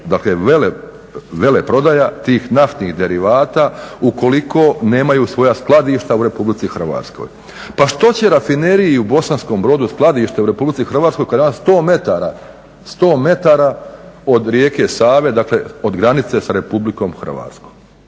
dakle veleprodaja tih naftnih derivata ukoliko nemaju svoja skladišta u Republici Hrvatskoj. Pa što će rafineriji u Bosanskom Brodu skladište u Republici Hrvatskoj kada 100 metara od rijeke Save, dakle od granice sa Republikom Hrvatskom,